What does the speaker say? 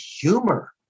humor